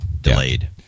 delayed